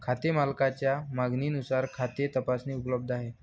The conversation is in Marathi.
खाते मालकाच्या मागणीनुसार खाते तपासणी उपलब्ध आहे